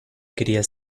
quería